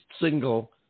single